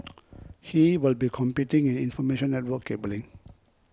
he will be competing in information network cabling